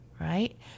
right